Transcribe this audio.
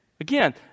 Again